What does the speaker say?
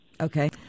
Okay